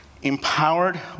Empowered